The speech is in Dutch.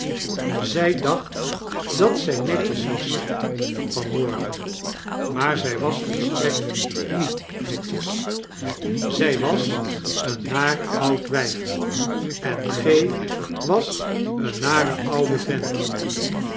zjj dacht dat ztj netjes was van morgen maar zjj was volstrekt niet netjes zjj was een naar oud wijf en gr was een nare oude vent